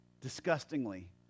disgustingly